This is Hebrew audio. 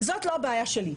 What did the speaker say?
זאת לא הבעיה שלי.